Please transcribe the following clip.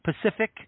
Pacific